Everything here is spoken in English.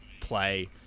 play